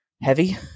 heavy